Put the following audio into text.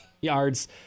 yards